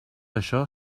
això